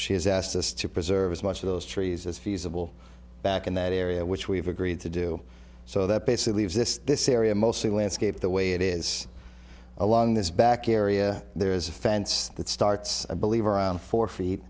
she has asked us to preserve as much of those trees as feasible back in that area which we've agreed to do so that basically if this area mostly landscape the way it is along this back area there is a fence that starts i believe around four feet